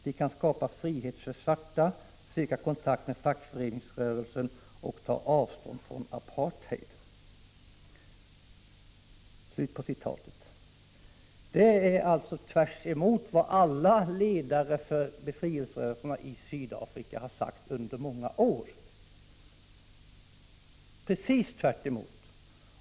De kan skapa frihet för svarta, söka kontakt med fackföreningsrörelsen och ta avstånd från apartheid.” Det är tvärtemot vad alla ledare för befrielserörelserna i Sydafrika har sagt under många år.